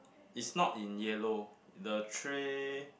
is not in yellow the tray